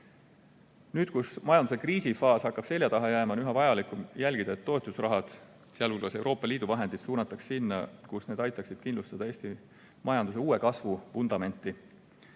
Nüüd, kus majanduse kriisifaas hakkab selja taha jääma, on üha vajalikum jälgida, et toetusraha, sh Euroopa Liidu vahendid, suunataks sinna, kus need aitaksid kindlustada Eesti majanduse uue kasvu vundamenti,